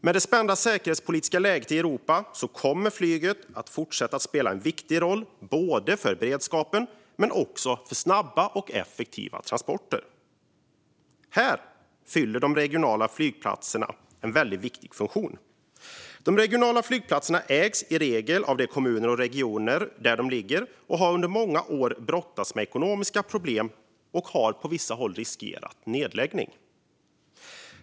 Med det spända säkerhetspolitiska läget i Europa kommer flyget att fortsätta att spela en viktig roll för beredskapen och för snabba och effektiva transporter. Här fyller de regionala flygplatserna en viktig funktion. De regionala flygplatserna ägs i regel av de kommuner och regioner där de ligger och har under många år brottats med ekonomiska problem, och på vissa håll har de riskerat nedläggning.